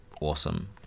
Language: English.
awesome